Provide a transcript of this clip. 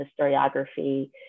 historiography